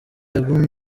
yagumye